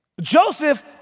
Joseph